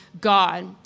God